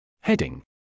Heading